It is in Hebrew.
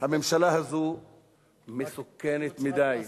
הממשלה הזאת מסוכנת מדי.